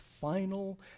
final